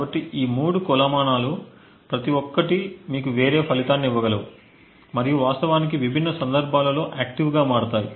కాబట్టి ఈ మూడు కొలమానాలు ప్రతి ఒక్కటి మీకు వేరే ఫలితాన్ని ఇవ్వగలవు మరియు వాస్తవానికి విభిన్న సందర్భాలలో ఆక్టివ్గా మారతాయి